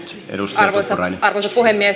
arvoisa puhemies